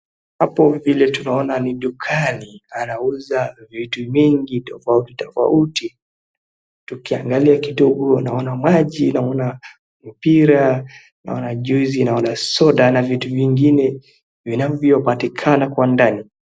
Hapo vile tunaona ni dukani. Anauza vitu mingi tofauti tofauti. Tukiangalia kidogo naona maji, naona mpira ,naona joisi naona soda na vitu vingine vinavyopatikana kiwandani.